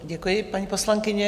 Děkuji, paní poslankyně.